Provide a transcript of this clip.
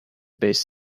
best